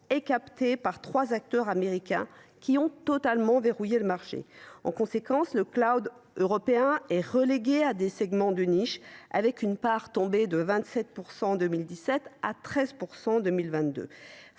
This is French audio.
est captée à 80 % par trois acteurs américains qui ont totalement verrouillé le marché. En conséquence, le européen est relégué à des segments de niche, avec une part tombée de 27 % en 2017 à 13 % en 2022.